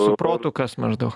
su protu kas maždaug